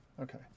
okay